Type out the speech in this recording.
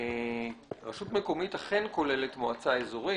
רשות מקומית אכן כוללת מועצה אזורית